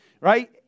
right